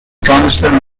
constant